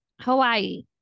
Hawaii